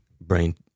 brain